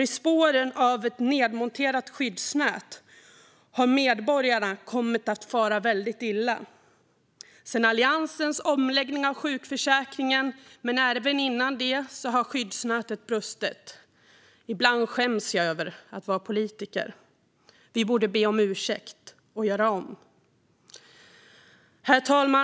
I spåren av ett nedmonterat skyddsnät har nämligen medborgare kommit att fara väldigt illa. Sedan Alliansens omläggning av sjukförsäkringen, men även dessförinnan, har skyddsnätet brustit. Ibland skäms jag över att vara politiker. Vi borde be om ursäkt och göra om. Herr talman!